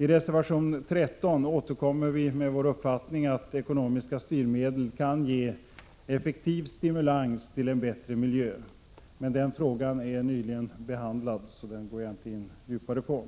I reservation 13 återkommer vår uppfattning att eknomiska styrmedel kan ge effektiv stimulans för en bättre miljö. Frågan är nyligen debatterad, varför jag inte tar upp den här.